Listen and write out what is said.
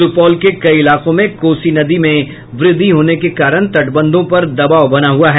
सुपौल के कई इलाकों में कोसी नदी में वृद्धि होने के कारण तटबंधों पर दबाव बना हुआ है